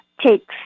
takes